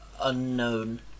unknown